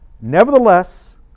Nevertheless